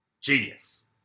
Genius